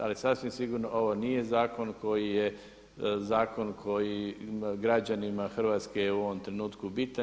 Ali sasvim sigurno ovo nije zakon koji je zakon koji je građanima Hrvatske u ovom trenutku bitan.